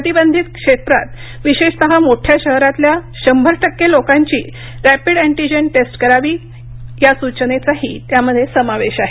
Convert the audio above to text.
प्रतिबंधित क्षेत्रात विशेषतः मोठ्या शहरातल्या शंभर टक्के लोकांची रॅपिड अँटिजेन टेस्ट करावी या सूचनेचाही त्यामध्ये समावेश आहे